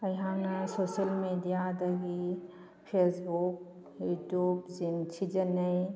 ꯑꯩꯍꯥꯛꯅ ꯁꯣꯁꯦꯜ ꯃꯦꯗꯤꯌꯗꯒꯤ ꯐꯦꯁꯕꯨꯛ ꯌꯨꯇꯨꯞꯁꯤꯡ ꯁꯤꯖꯤꯟꯅꯩ